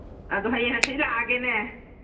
ꯑꯗꯨ ꯍꯌꯦꯡ ꯍꯪꯆꯤꯠ ꯂꯥꯛꯑꯒꯦꯅꯦ